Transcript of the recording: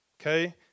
Okay